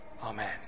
Amen